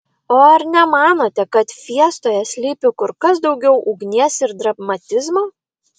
o ar nemanote kad fiestoje slypi kur kas daugiau ugnies ir dramatizmo